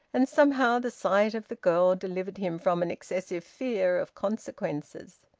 and somehow the sight of the girl delivered him from an excessive fear of consequences.